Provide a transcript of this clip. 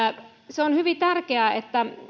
se on hyvin tärkeää että